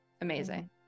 amazing